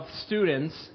students